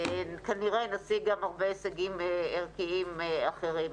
כנראה נשיג גם הרבה הישגים ערכיים אחרים.